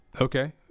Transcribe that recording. Okay